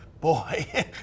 boy